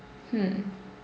hmm